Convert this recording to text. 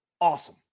awesome